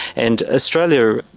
and australia,